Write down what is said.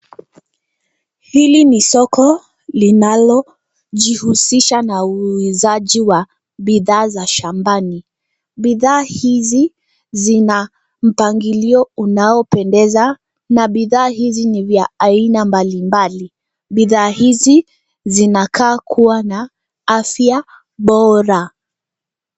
Hili ni soko linalojihusisha na uuzaji wa bidhaa za shambani. Bidhaa hizi zina mpangilio unaopendeza na bidhaa hizi ni vya aina mbalimbali. Bidhaa hizi zinakaa kuwa na afya bora.